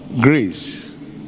Grace